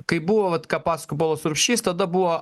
kai buvo vat ką pasakojau buvau su rūšys tada buvo